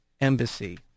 embassy